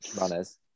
runners